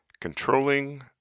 Controlling